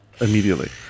immediately